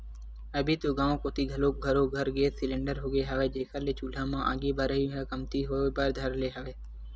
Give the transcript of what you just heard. अभी तो गाँव कोती घलोक घरो घर गेंस सिलेंडर होगे हवय, जेखर ले चूल्हा म आगी बरई ह कमती होय बर धर ले हवय